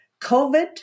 COVID